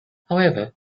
however